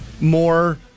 More